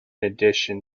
addition